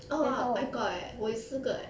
orh I got eh 我有四个 eh